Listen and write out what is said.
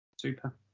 super